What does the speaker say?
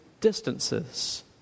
distances